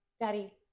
daddy